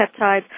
peptides